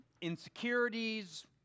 insecurities